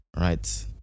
right